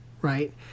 right